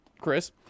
Chris